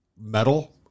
metal